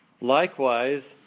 Likewise